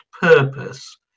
purpose